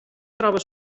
troba